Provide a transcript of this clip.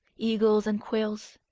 eagles, and quails,